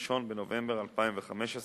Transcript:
1 בנובמבר 2015,